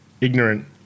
ignorant